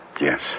Yes